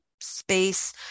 space